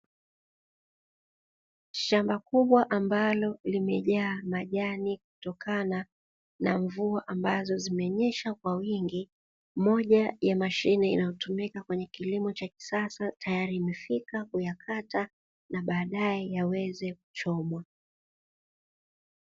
Shamba kubwa ambalo limejaa majani kutokana na mvua ambazo zimenyesha kwa wingi, moja ya mashine inayotumika kwenye kilimo cha kisasa tayari imefika kuyakata na baadae kuweza kuchomwa.